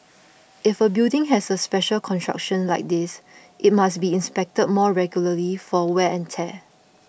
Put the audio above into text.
if a building has a special construction like this it must be inspected more regularly for wear and tear